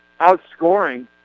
outscoring